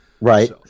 Right